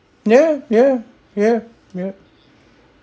yeah yeah yeah yup